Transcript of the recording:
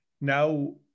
now